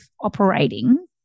operating